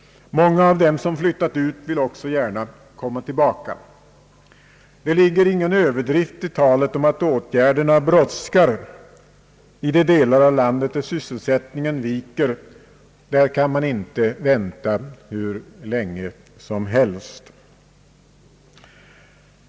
Många av dem som flyttat ut vill också gärna komma tillbaka. Det ligger ingen överdrift i talet om att åtgärderna brådskar — i de delar av landet där sysselsättningen viker kan man inte vänta hur länge som helst.